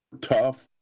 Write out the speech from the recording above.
Tough